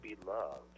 beloved